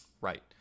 Right